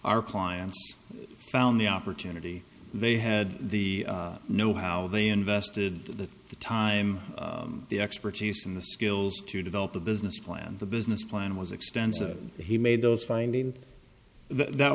our clients found the opportunity they had the know how they invested the time the expertise and the skills to develop a business plan the business plan was extensive he made those findings that